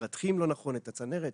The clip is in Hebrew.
מרתכים לא נכון את הצנרת.